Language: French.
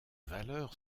valeurs